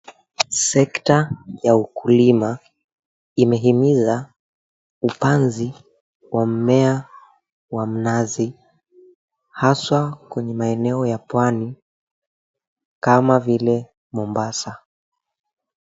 Sekta ya ukulima, imehimiza upanzi wa mmea wa mnazi, haswa kwenye maeneo ya pwani kama vile Mombasa.